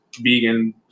vegan